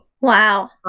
Wow